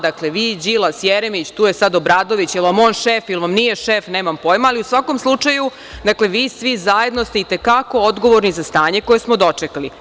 Dakle, vi i Đilas, Jeremić, tu je sada Obradović, da li vam je on šef, ili nije, nemam pojma, ali u svakom slučaju, dakle, vi svi zajedno ste i te kako odgovorni za stanje koje smo dočekali.